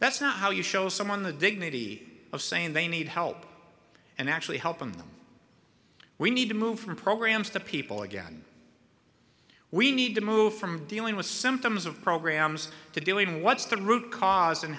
that's not how you show someone the dignity of saying they need help and actually helping them we need to move from programs to people again we need to move from dealing with symptoms of programs to doing what's the root cause and